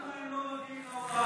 למה הם לא מגיעים לאולם הזה,